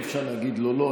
אי-אפשר להגיד "לא, לא".